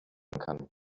kann